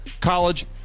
college